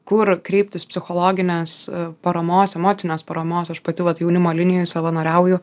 kur kreiptis psichologinės paramos emocinės paramos aš pati vat jaunimo linijoj savanoriauju